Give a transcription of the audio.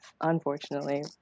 unfortunately